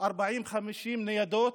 לפחות 40 50 ניידות,